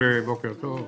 בוקר טוב,